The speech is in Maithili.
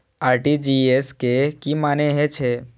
आर.टी.जी.एस के की मानें हे छे?